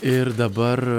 ir dabar